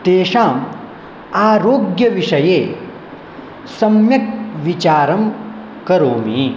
तेषां आरोग्यविषये सम्यक् विचारं करोमि